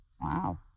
Wow